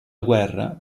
guerra